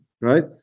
right